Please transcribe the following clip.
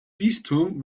bistum